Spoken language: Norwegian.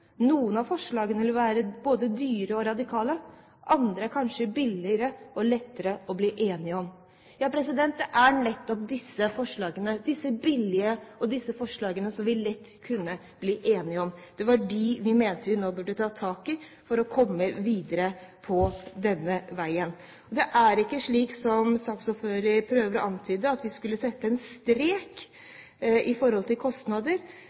Noen av forslagene vil være både dyre og radikale. Andre er kanskje billige og lette å bli enig om.» Det er nettopp disse forslagene, disse billige forslagene, vi lett kunne bli enige om. Det var de vi mente at vi nå burde ta tak i for å komme videre på denne veien. Det er ikke slik, som saksordføreren prøver å antyde, at vi skulle sette en strek med tanke på kostnader,